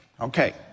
Okay